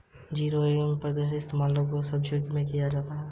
जीरा एक ऐसा पदार्थ है जिसका इस्तेमाल लगभग सभी सब्जियों में किया जाता है